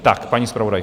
Tak, paní zpravodajko.